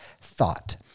thought